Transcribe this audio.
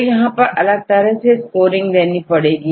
तो यहां पर अलग तरह से स्कोरिंग देना पड़ेगी